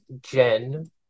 Jen